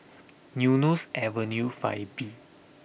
Eunos Avenue Five B